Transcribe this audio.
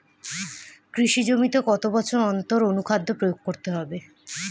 কৃষি জমিতে কত বছর অন্তর অনুখাদ্য প্রয়োগ করতে হবে?